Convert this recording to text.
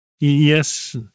Yes